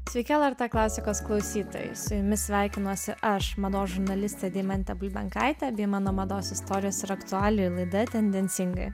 sveiki lrt klasikos klausytojai su jumis sveikinuosi aš mados žurnalistė deimantė bulbenkaitė bei mano mados istorijos ir aktualijų laida tendencingai